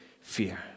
fear